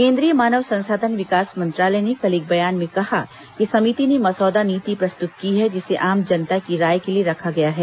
केंद्रीय मानव संसाधन विकास मंत्रालय ने कल एक बयान में कहा कि समिति ने मसौदा नीति प्रस्तुत की है जिसे आम जनता की राय के लिए रखा गया है